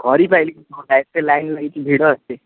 କରି ପାରିଲିନି ଏତେ ଲାଇନ୍ ଲାଗିଚି ଭିଡ଼ ଏତେ